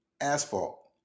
asphalt